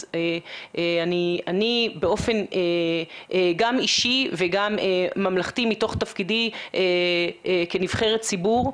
אז אני באופן גם אישי וגם ממלכתי מתוך תפקידי כנבחרת ציבור,